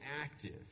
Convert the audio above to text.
active